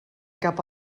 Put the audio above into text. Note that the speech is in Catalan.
cap